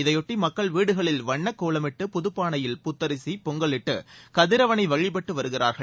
இதையொட்டி மக்கள் வீடுகளில் வண்ணக் கோலமிட்டு புதப்பானையில் புத்தரிசி பொங்கலிட்டு கதிரவளை வழிபட்டு வருகிறார்கள்